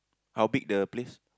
how big the place